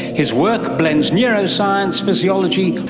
his work blends neuroscience, physiology,